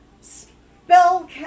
spell